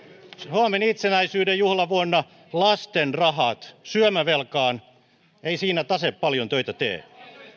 suomen itsenäisyyden juhlavuonna lasten rahat syömävelkaan ei siinä tase paljon töitä tee